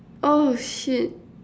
oh shit